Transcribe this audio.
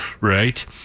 Right